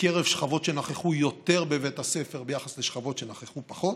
בקרב שכבות שנכחו יותר בבית הספר ביחס לשכבות שנכחו פחות.